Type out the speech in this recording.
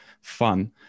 fun